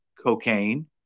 cocaine